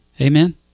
Amen